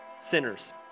Sinners